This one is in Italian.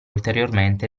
ulteriormente